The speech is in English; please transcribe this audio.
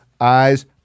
eyes